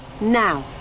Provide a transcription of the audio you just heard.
Now